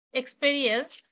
experience